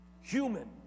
human